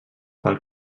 pel